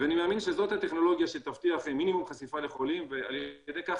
ואני מאמין שזאת הטכנולוגיה שתבטיח מינימום חשיפה לחולים ועל ידי כך